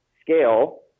scale